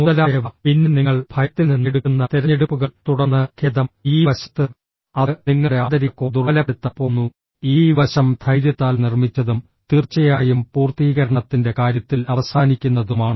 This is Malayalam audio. മുതലായവ പിന്നെ നിങ്ങൾ ഭയത്തിൽ നിന്ന് എടുക്കുന്ന തിരഞ്ഞെടുപ്പുകൾ തുടർന്ന് ഖേദം ഈ വശത്ത് അത് നിങ്ങളുടെ ആന്തരിക കോർ ദുർബലപ്പെടുത്താൻ പോകുന്നു ഈ വശം ധൈര്യത്താൽ നിർമ്മിച്ചതും തീർച്ചയായും പൂർത്തീകരണത്തിന്റെ കാര്യത്തിൽ അവസാനിക്കുന്നതുമാണ്